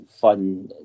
fun